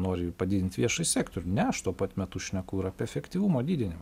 nori padidint viešąjį sektorių ne aš tuo pat metu šneku ir apie efektyvumo didinimą